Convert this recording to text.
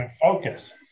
Focus